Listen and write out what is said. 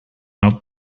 out